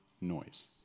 noise